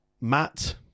Matt